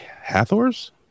Hathors